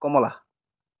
কমলা